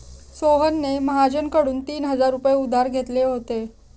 सोहनने महाजनकडून तीन हजार रुपये उधार घेतले होते